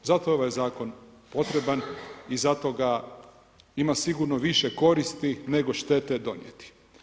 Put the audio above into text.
Zato je ovaj zakon potreban i zato ga ima sigurno više koristi, nego štete donijeti.